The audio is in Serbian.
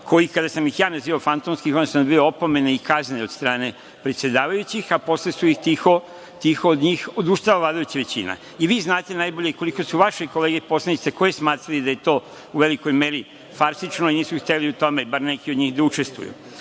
koji kada sam ih ja nazivao fantomskim, uglavnom sam dobijao opomene i kazne od strane predsedavajućih, a posle su tiho od njih odustala vladajuća većina. Vi najbolje znate koliko su vaše kolege i poslanici takođe smatrali da je to u velikoj meri farsično i nisu hteli u tome, bar neki od njih da učestvuju. Isto